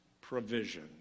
provision